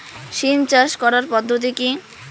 সিম চাষ করার পদ্ধতি কী?